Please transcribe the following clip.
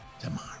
tomorrow